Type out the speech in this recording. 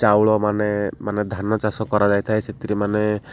ଚାଉଳ ମାନ ମାନେ ଧାନ ଚାଷ କରାଯାଇଥାଏ ସେଥିରେ ମାନେ